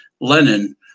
Lenin